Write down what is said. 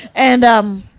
and um,